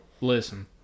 Listen